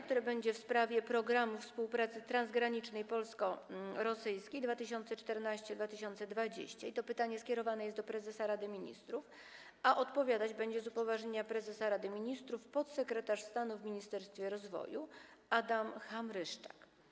Pytanie jest w sprawie „Programu współpracy transgranicznej Polska-Rosja 2014-2020” i jest skierowane do prezesa Rady Ministrów, a odpowiadać będzie, z upoważnienia prezesa Rady Ministrów, podsekretarz stanu w Ministerstwie Rozwoju Adam Hamryszczak.